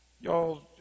Y'all